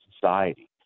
society